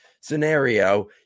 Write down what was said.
scenario